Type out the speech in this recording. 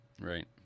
Right